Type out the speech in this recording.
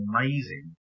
amazing